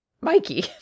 Mikey